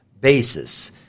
basis